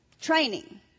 Training